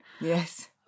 yes